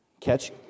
Catch